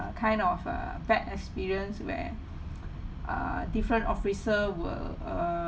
kind of a bad experience where uh different officer will err